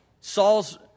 Saul's